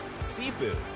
Seafood